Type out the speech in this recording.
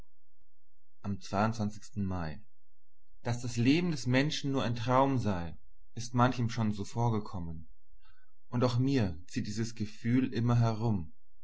am mai daß das leben des menschen nur ein traum sei ist manchem schon so vorgekommen und auch mit mir zieht dieses gefühl immer herum